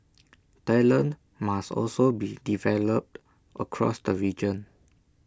talent must also be developed across the region